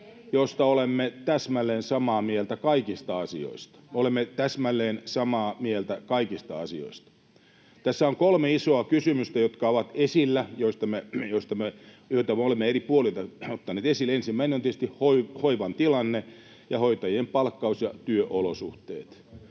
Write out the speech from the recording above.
Olemme täsmälleen samaa mieltä kaikista asioista. Tässä on kolme isoa kysymystä, jotka ovat esillä ja joita me olemme eri puolilta ottaneet esille. Ensimmäinen on tietysti hoivan tilanne ja hoitajien palkkaus ja työolosuhteet.